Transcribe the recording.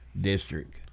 district